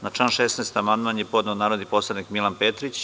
Na član 16. amandman je podneo narodni poslanik Milan Petrić.